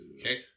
okay